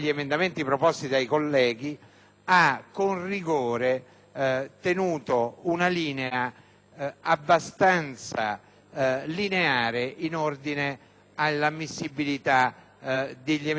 ha con rigore tenuto una condotta abbastanza lineare in ordine all'ammissibilità degli emendamenti più rilevanti,